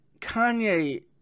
Kanye